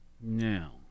Now